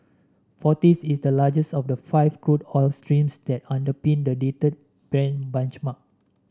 forties is the largest of the five crude oil streams that underpin the dated Brent benchmark